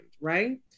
right